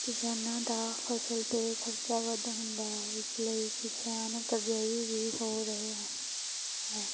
ਕਿਸਾਨਾਂ ਦਾ ਫ਼ਸਲ 'ਤੇ ਖ਼ਰਚਾ ਵੱਧ ਹੁੰਦਾ ਹੈ ਇਸ ਲਈ ਕਿਸਾਨ ਕਰਜਈ ਵੀ ਹੋ ਰਹੇ ਹੈ